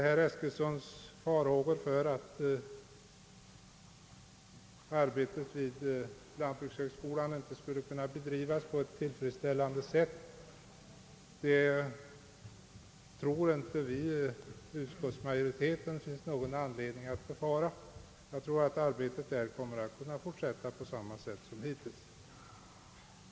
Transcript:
Herr Eskilssons farhågor att forskningen vid lantbrukshögskolan inte kan bedrivas på ett tillfredsställande sätt tror vi inom utskottsmajoriteten icke är motiverade. Jag tror att forskningen där kommer att fortsätta på samma sätt som hittills.